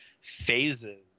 phases